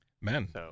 Men